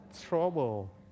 trouble